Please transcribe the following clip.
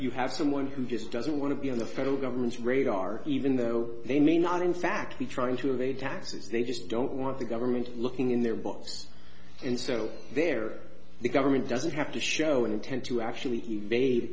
you have someone who just doesn't want to be on the federal government's radar even though they may not in fact be trying to evade taxes they just don't want the government looking in their books and so they're the government doesn't have to show intent to actually e